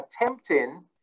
attempting